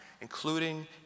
including